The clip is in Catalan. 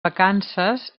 vacances